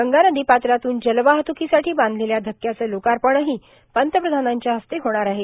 गंगा नर्दोपात्रातून जलवाहत्कोसाठी बांधलेल्या धक्क्याचं लोकापणही पंतप्रधानांच्या हस्ते होणार आहे